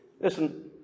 Listen